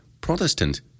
Protestant